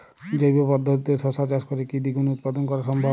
জৈব পদ্ধতিতে শশা চাষ করে কি দ্বিগুণ উৎপাদন করা সম্ভব?